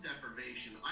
deprivation